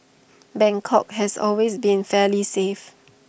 Bangkok has always been fairly safe